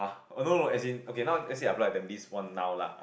oh no no as in okay now let's say I apply at Tampines one now lah